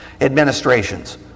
administrations